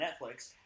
Netflix